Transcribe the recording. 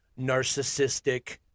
narcissistic